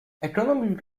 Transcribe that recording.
economies